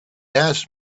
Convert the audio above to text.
asked